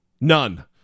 None